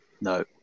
No